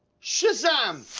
shazam.